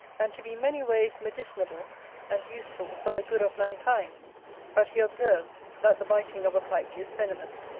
and to be many ways medicinable and useful for the good of mankind but he observes, that the biting of a pike is venomous,